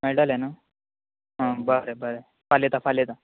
मेळटलें न्हू आं बरें बरें फाल्यां येता फाल्यां येता